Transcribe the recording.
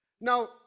Now